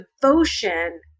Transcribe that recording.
devotion